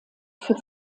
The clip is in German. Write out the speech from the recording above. für